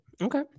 Okay